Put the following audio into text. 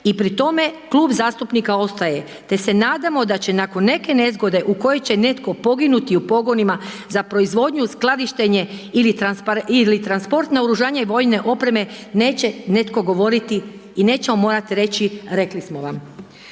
i pri tome, klub zastupnika ostaje te se nadamo da će nakon neke nezgode u kojoj će netko poginuti u pogonima za proizvodnju, skladištenje ili transport naoružanje i vojne opreme, neće netko govoriti i nećemo morati reći, rekli smo vam.